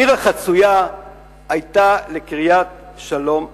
העיר החצויה היתה לקריית שלום אחת.